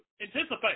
anticipate